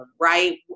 right